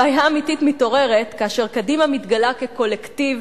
הבעיה האמיתית מתעוררת כאשר קדימה מתגלה כקולקטיב